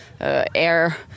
air